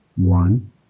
One